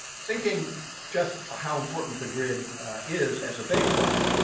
thinking just ah how important the grid is as a baseline,